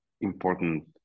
important